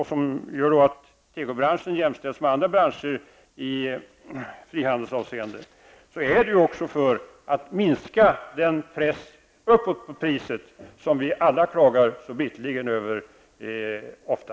Ddetta gör att tekobranschen jämställs med andra branscher i frihandelsavseende och det minskar pressen uppåt på priset -- det som vi alla klagar över så bittert och ofta.